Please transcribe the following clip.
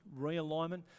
realignment